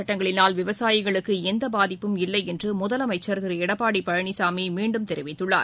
சட்டங்களினால் விவசாயிகளுக்குளந்தபாதிப்பும் இல்லைஎன்றுழதலமைச்சர் வேளான் திருளடப்பாடிபழனிசாமிமீண்டும் தெரிவித்துள்ளார்